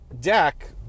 deck